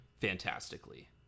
fantastically